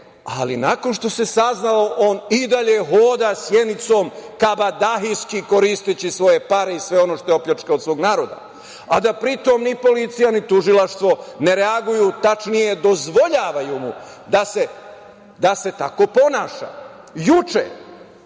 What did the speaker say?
ali nakon što se saznalo on i dalje hoda Sjenicom, kabadahijski koristeći svoje pare i sve ono što je opljačkao od svog naroda, a da pri tom ni policija ni tužilaštvo ne reaguju, tačnije dozvoljavaju mu da se tako ponaša. Juče,